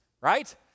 right